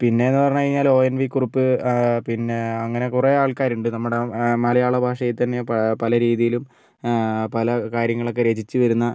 പിന്നെയെന്നു പറഞ്ഞു കഴിഞ്ഞാൽ ഒ എൻ വി കുറുപ്പ് പിന്നെ അങ്ങനെ കുറേ ആൾക്കാരുണ്ട് നമ്മുടെ മലയാള ഭാഷയെത്തന്നെ പ പല രീതിയിലും പല കാര്യങ്ങളൊക്കെ രചിച്ച് വരുന്ന